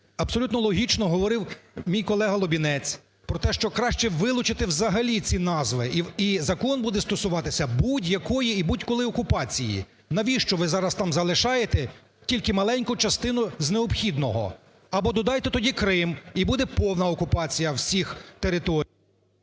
Абсолютно логічно говорив мій колега Лубінець про те, що краще вилучити взагалі ці назви, і закон буде стосуватися будь-якої і будь-коли окупації. Навіщо ви зараз там залишаєте тільки маленьку частину з необхідного? Або додайте тоді Крим і буде повна окупація всіх територій.